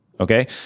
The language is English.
Okay